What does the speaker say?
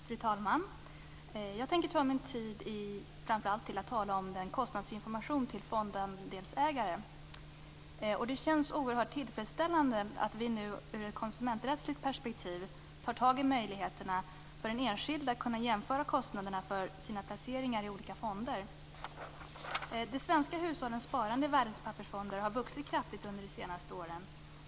Fru talman! Jag tänker använda min tid till att framför allt tala om kostnadsinformation till fondandelsägare. Det känns oerhört tillfredsställande att vi nu ur ett konsumenträttsligt perspektiv tar tag i möjligheterna för den enskilde att jämföra kostnaderna för sina placeringar i olika fonder. De svenska hushållens sparande i värdepappersfonder har vuxit kraftigt under de senaste åren.